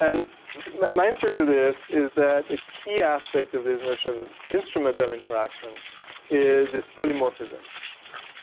and my answer to this is that a key aspect of this notion, instrumental interaction is is polymorphism